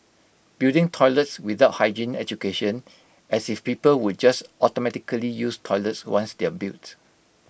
building toilets without hygiene education as if people would just automatically use toilets once they're built